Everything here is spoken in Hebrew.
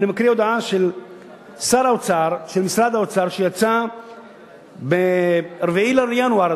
אני מקריא הודעה של משרד האוצר שיצאה ב-4 בינואר,